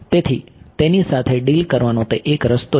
તેની સાથે ડીલ કરવાનો તે એક રસ્તો છે